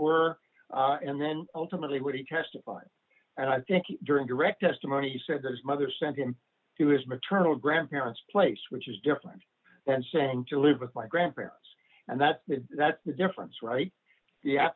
were and then ultimately what he testified and i think during direct testimony he said those mother sent him to his maternal grandparents place which is different than saying to live with my grandparents and that that's the difference right ye